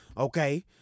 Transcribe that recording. Okay